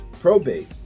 probate